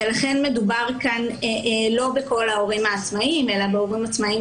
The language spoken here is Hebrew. ולכן מדובר כאן לא בכל ההורים העצמאיים אלא בהורים עצמאיים